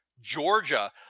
Georgia